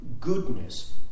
goodness